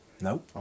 No